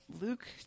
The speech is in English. luke